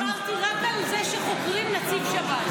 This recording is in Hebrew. אני דיברתי רק על זה שחוקרים נציב שב"ס.